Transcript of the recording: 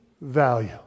value